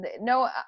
no